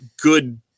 good